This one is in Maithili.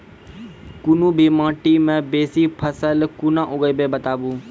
कूनू भी माटि मे बेसी फसल कूना उगैबै, बताबू?